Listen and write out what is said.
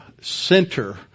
center